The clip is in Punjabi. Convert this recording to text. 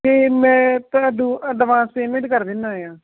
ਅਤੇ ਮੈਂ ਤਾਂ ਤੁਹਾਨੂੰ ਐਡਵਾਂਸ ਪੇਮੈਂਟ ਕਰ ਦਿੰਦਾ ਹਾਂ